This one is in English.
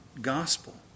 gospel